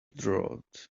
draught